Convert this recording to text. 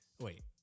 Wait